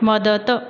मदत